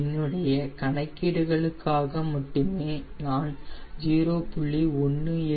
என்னுடைய கணக்கீடுகளுக்காக மட்டுமே நான் 0